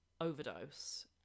overdose